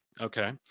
Okay